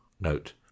note